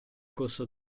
corso